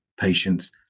patients